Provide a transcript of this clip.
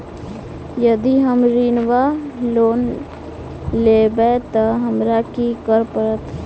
यदि हम ऋण वा लोन लेबै तऽ हमरा की करऽ पड़त?